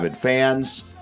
Fans